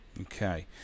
Okay